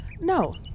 No